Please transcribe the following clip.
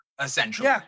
essentially